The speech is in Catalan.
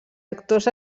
actors